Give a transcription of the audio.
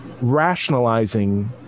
rationalizing